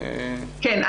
כן.